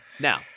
Now